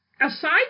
aside